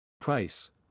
Price